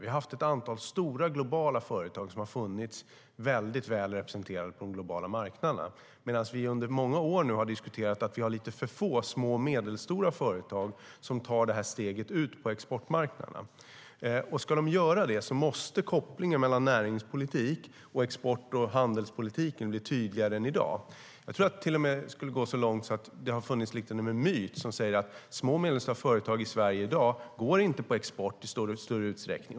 Vi har haft ett antal stora globala företag som funnits väldigt väl representerade på de globala marknaderna, medan vi under många år har diskuterat att vi har lite för få små och medelstora företag som tar steget ut på exportmarknaderna. Ska de göra det måste kopplingen mellan näringspolitik och export och handelspolitik bli tydligare än i dag. Jag tror att jag till och med skulle gå så långt som att säga att det har funnits en myt om att små och medelstora företag i Sverige inte går på export i större utsträckning.